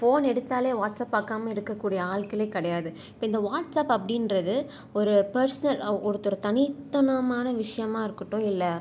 phone எடுத்தால் WhatsApp பார்க்காம இருக்கக்கூடிய ஆட்களே கிடையாது இப்போ இந்த வாட்ஸ்அப் அப்படின்றது ஒரு பர்ஸ்னல் ஒருத்தரை தனித்தனமான விஷயமா இருக்கட்டும் இல்லை